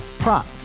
Prop